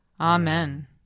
Amen